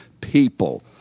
people